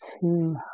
two